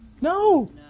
No